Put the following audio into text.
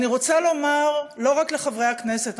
אני רוצה לומר לא רק לחברי הכנסת,